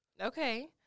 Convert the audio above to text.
Okay